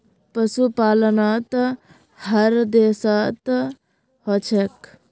पशुपालन त हर देशत ह छेक